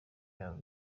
yabo